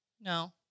No